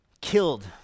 killed